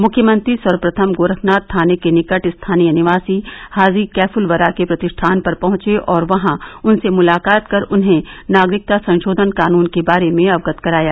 मुख्यमंत्री सर्वप्रथम गोरखनाथ थाने के निकट स्थानीय निवासी हाजी कैफ उल वरा के प्रतिष्ठान पर पहंचे और वहां उनसे मुलाकात कर उन्हें नागरिकता संशोधन कानून के बारे में अवगत कराया